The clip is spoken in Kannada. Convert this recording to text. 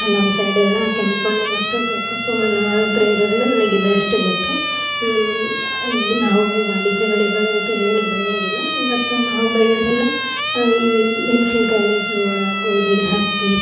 ನಮ್ಮ ಸೈಡೆಲ್ಲ ಕೆಂಪು ಮಣ್ಣು ಮತ್ತು ಕಪ್ಪು ಮಣ್ಣು ಮಾತ್ರ ಇರೋದರಿಂದ ನನಗಿದಷ್ಟೇ ಗೊತ್ತು ನಾವು ವಾಣಿಜ್ಯ ಬೆಳೆಗಳಂತೂ ಏನೂ ಬೆಳೆಯಂಗಿಲ್ಲ ಬಟ್ ನಾವು ಬೆಳೆಯೋದೆಲ್ಲ ಈ ಮೆಣ್ಶಿನ್ಕಾಯಿ ಜೋಳ ಗೋಧಿ ಹತ್ತಿ